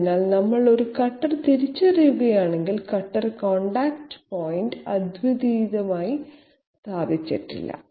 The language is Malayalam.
അതിനാൽ നമ്മൾ ഒരു കട്ടർ തിരിച്ചറിയുകയാണെങ്കിൽ കട്ടർ കോൺടാക്റ്റ് പോയിന്റ് അദ്വിതീയമായി സ്ഥാപിച്ചിട്ടില്ല